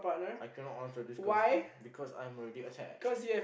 I cannot answer this question because I am already attached